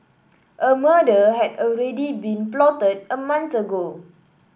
a murder had already been plotted a month ago